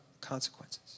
consequences